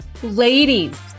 Ladies